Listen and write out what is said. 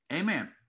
Amen